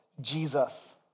Jesus